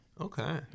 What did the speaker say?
Okay